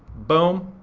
boom,